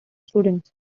students